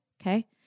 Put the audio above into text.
Okay